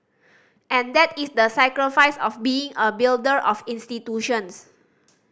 and that is the sacrifice of being a builder of institutions